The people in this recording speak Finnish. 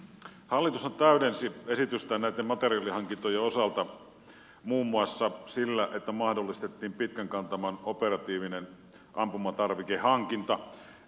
hallitushan täydensi esitystä näitten materiaalihankintojen osalta muun muassa sillä että mahdollistettiin pitkän kantaman operatiivinen ampumatarvikehankinta